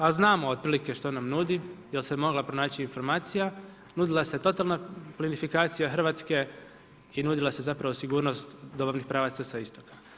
A znamo otprilike što nam nudi jer se mogla pronaći informacija, nudila se totalna plinifikacija Hrvatske i nudila se zapravo sigurnost dobavnih pravaca sa istoka.